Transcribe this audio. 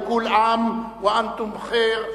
כול עאם ואנתום בח'יר.